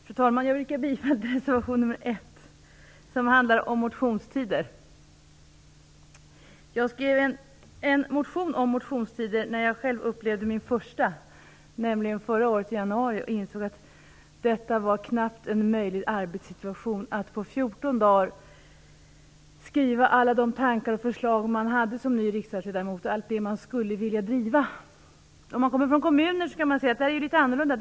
Fru talman! Jag yrkar bifall till reservation nr 1 Jag skrev en motion om motionstider när jag själv upplevde min första, nämligen förra året i januari, och insåg att det knappt var en möjlig arbetssituation att på fjorton dagar skriva motioner om alla de tankar och förslag man hade som ny riksdagsledamot och allt det man skulle vilja driva. Om man kommer från kommunfullmäktige vet man att det är litet annorlunda.